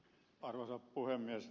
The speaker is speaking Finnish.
arvoisa puhemies